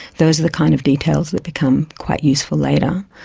those are the kind of details that become quite useful later.